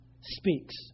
speaks